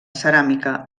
ceràmica